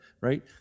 right